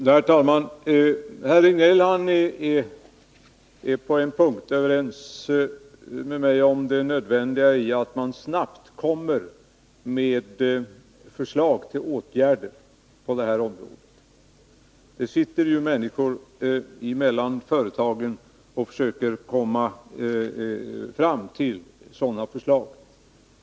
Herr talman! Herr Rejdnell är överens med mig på en punkt, och det är om det nödvändiga i att det snabbt kommer förslag till åtgärder på detta område. Människor från de olika företagen arbetar ju med att försöka komma fram till sådana förslag.